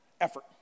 effort